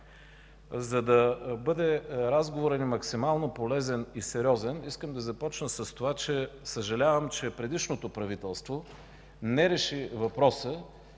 За да бъде разговорът ни максимално полезен и сериозен, искам да започна с това, че, съжалявам, че предишното правителство не реши въпроса,